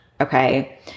Okay